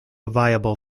viable